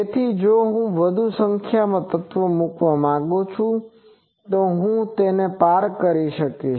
તેથી જો હું વધુ સંખ્યામાં તત્વો મૂકવા માંગું છું તો હું તેને પાર કરીશ